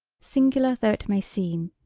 singular though it may seem,